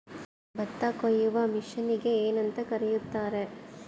ಭತ್ತ ಕೊಯ್ಯುವ ಮಿಷನ್ನಿಗೆ ಏನಂತ ಕರೆಯುತ್ತಾರೆ?